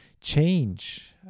change